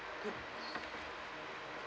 no